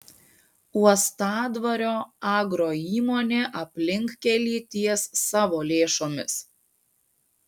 uostadvario agroįmonė aplinkkelį ties savo lėšomis